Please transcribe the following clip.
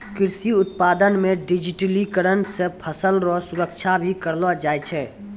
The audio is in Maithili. कृषि उत्पादन मे डिजिटिकरण से फसल रो सुरक्षा भी करलो जाय छै